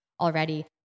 already